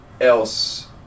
else